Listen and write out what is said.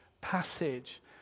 passage